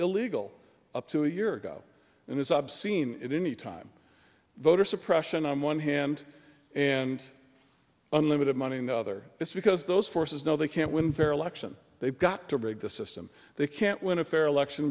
illegal up to a year ago and is obscene at any time voter suppression on one hand and unlimited money in the other is because those forces know they can't win vera lection they've got to break the system they can't win a fair election